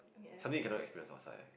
something you cannot experience outside